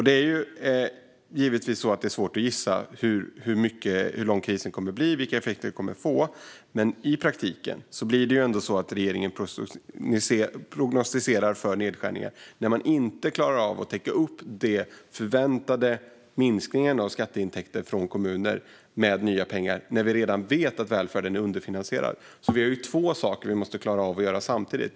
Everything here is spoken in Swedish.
Det är givetvis svårt att gissa hur lång krisen kommer att bli och vilka effekter vi kommer att få. Men i praktiken blir det ändå så att regeringen prognostiserar för nedskärningar när man inte klarar av att täcka upp med nya pengar för de förväntade minskningarna av skatteintäkter från kommuner, när vi redan vet att välfärden är underfinansierad. Vi har alltså två saker som vi måste klara av att göra samtidigt.